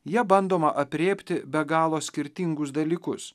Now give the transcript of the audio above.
ja bandoma aprėpti be galo skirtingus dalykus